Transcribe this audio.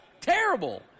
terrible